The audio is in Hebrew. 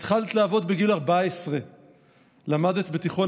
התחלת לעבוד בגיל 14. למדת בתיכון